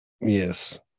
Yes